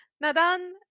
Nadan